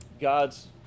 God's